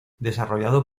desarrollado